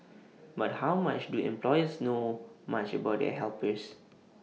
but how much do employers know much about their helpers